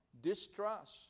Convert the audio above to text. Distrust